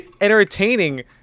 entertaining